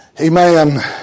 amen